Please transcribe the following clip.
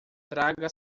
traga